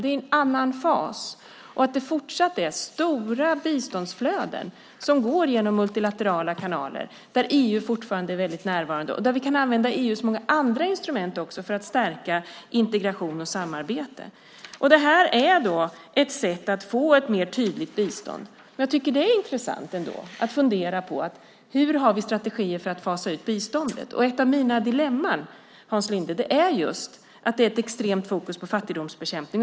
Det är en annan fas, och det är fortsatt stora biståndsflöden som går genom multilaterala kanaler där EU fortfarande är väldigt närvarande och där vi också kan använda EU:s många andra instrument för att stärka integration och samarbete. Det här är ett sätt att få ett mer tydligt bistånd. Jag tycker att det är intressant ändå att fundera på hur vi har strategier för att fasa ut biståndet. Ett av mina dilemman, Hans Linde, är just att det är ett extremt fokus på fattigdomsbekämpning.